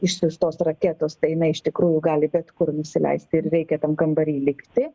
išsiųstos raketos tai jinai iš tikrųjų gali bet kur nusileisti ir reikia tam kambary likti